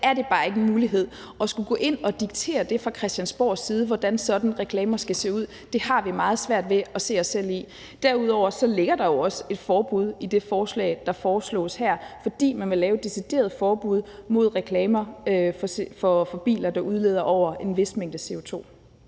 danskere bare ikke er en mulighed. At skulle gå ind og diktere fra Christiansborgs side, hvordan reklamer sådan skal se ud, har vi meget svært ved at se os selv i. Derudover ligger der jo også et forbud i det forslag, der foreslås her, fordi man vil lave et decideret forbud mod reklamer for biler, der udleder over en vis mængde CO2.